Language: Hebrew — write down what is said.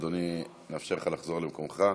אדוני, אאפשר לך לחזור למקומך.